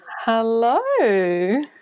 Hello